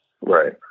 right